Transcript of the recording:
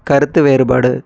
கருத்து வேறுபாடு